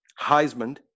Heisman